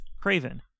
craven